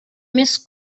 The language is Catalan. més